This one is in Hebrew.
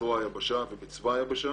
בזרוע היבשה ובצבא היבשה